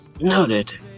noted